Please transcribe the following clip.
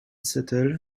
settle